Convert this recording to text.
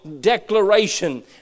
declaration